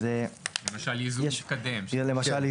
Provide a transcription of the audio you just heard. למשל: ייזום מתקדם.